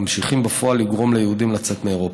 ממשיכים בפועל לגרום ליהודים לצאת מאירופה.